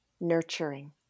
nurturing